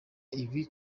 bibi